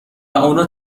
اونو